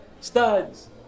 Studs